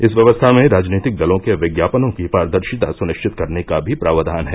इस व्यवस्था में राजनीतिक दलों के विज्ञापनों की पारदर्शिता सुनिश्चित करने का भी प्रावधान है